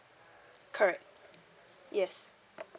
correct yes